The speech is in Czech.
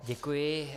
Děkuji.